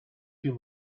too